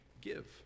give